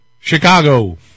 chicago